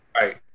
Right